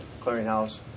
Clearinghouse